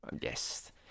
Yes